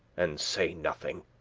and say nothing